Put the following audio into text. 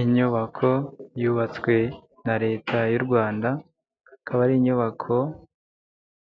Inyubako yubatswe na leta y'u Rwanda, akaba ari inyubako